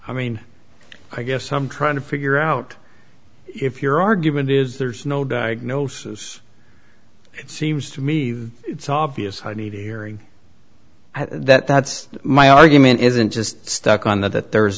i mean i guess i'm trying to figure out if your argument is there's no diagnosis it seems to me that it's obvious i need a hearing that's my argument isn't just stuck on that that there is